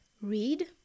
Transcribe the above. read